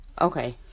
okay